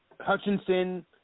Hutchinson